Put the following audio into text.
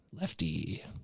lefty